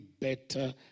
better